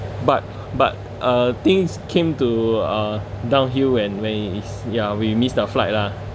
but but uh things came to a downhill when when it is ya we missed our flight lah